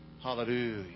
Hallelujah